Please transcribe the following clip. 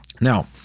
Now